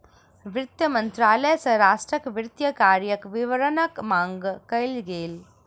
वित्त मंत्रालय सॅ राष्ट्रक वित्तीय कार्यक विवरणक मांग कयल गेल